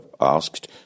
asked